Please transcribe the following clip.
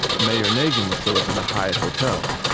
mayor nagin was still up in the hyatt hotel,